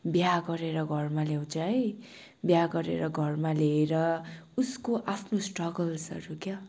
बिहा गरेर घरमा ल्याउँछ है बिहा गरेर घरमा ल्याएर उसको आफ्नो स्ट्रगल्सहरू क्या